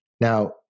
Now